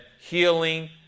healing